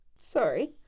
Sorry